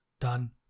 done